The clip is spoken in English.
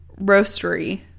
Roastery